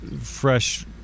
fresh